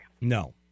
No